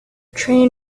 train